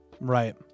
Right